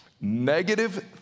negative